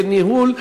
כניהול,